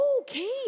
Okay